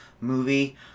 movie